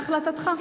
להחלטתך.